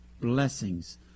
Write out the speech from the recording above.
blessings